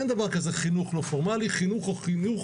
אין דבר כזה "חינוך לא פורמלי" חינוך הוא חינוך,